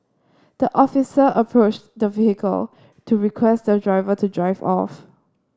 the officer approached the vehicle to request the driver to drive off